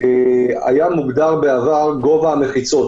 היה מוגדר בעבר גובה המחיצות.